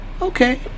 Okay